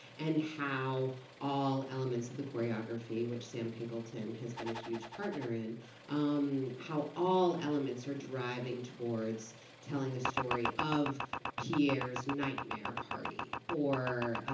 and how all elements of the choreography which sam pinkelton has been a huge partner in um how all elements are driving towards telling the story of pierre's nightmare party, or